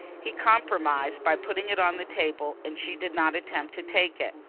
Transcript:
he compromised by putting it on the table and she did not attempt to take it.